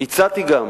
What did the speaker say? הצעתי גם